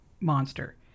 monster